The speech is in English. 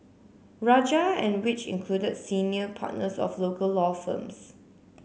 Rajah and which included senior partners of local law firms